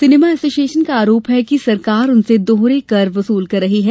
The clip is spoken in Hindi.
सिनेमा ऐसोसिएशन का आरोप है कि सरकार उनसे दोहरे कर वसूल रही है